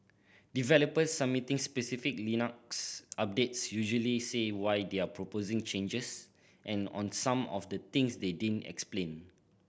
developers submitting specific Linux updates usually say why they're proposing changes and on some of the things they didn't explain